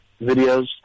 videos